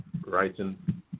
writing